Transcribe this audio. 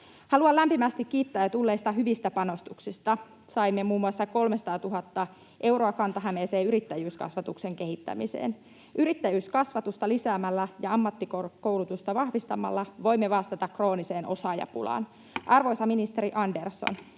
Haluan lämpimästi kiittää tulleista hyvistä panostuksista. Saimme muun muassa 300 000 euroa Kanta-Hämeeseen yrittäjyyskasvatuksen kehittämiseen. Yrittäjyyskasvatusta lisäämällä ja ammattikoulutusta vahvistamalla voimme vastata krooniseen osaajapulaan. Arvoisa ministeri Andersson,